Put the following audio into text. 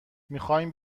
میخایم